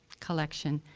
collection,